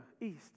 east